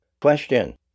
Question